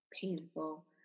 painful